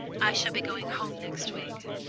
i shall be going home next week.